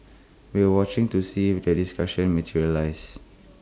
we'll watching to see if this discussion materializes